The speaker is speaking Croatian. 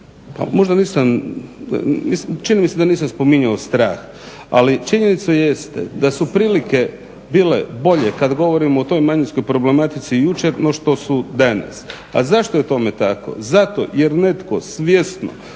Možda nisam, čini mi se da nisam spominjao strah ali činjenica jeste da su prilike bile bolje kad govorimo o toj manjinskoj problematici jučer no što su danas, a zašto je tome tako, zato jer netko svjesno